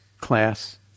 class